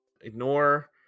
Ignore